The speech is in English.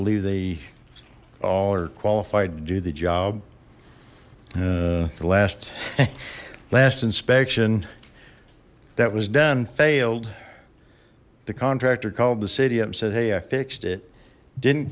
believe they all are qualified to do the job the last last inspection that was done failed the contractor called the city up and said hey i fixed it didn't